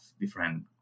different